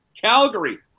Calgary